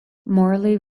morley